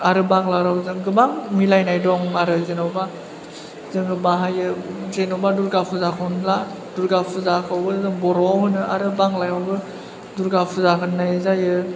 आरो बांला रावजों गोबां मिलायनाय दं आरो जेन'बा जोङो बाहायो जेन'बा दुर्गा फुजाखौनो ला दुरगा फुजाखौबो जों बर'आव होनो आरो बांलायावबो दुर्गा फुजा होन्नाय जायो